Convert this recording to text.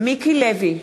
מיקי לוי,